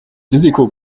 risiko